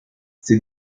ses